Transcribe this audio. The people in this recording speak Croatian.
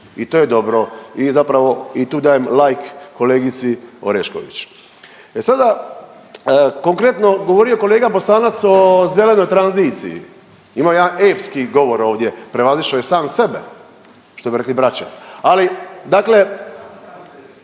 i to je dobro i zapravo i tu dajem lajk kolegici Orešković. E sada konkretno govorio je kolega Bosanac o zelenoj tranziciji, imao je jedan epski govor ovdje, prevazišao je sam sebe što bi rekli braća, ali dakle,